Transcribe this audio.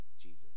jesus